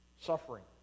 Suffering